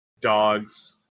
dogs